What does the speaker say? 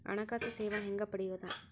ಹಣಕಾಸು ಸೇವಾ ಹೆಂಗ ಪಡಿಯೊದ?